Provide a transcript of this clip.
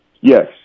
Yes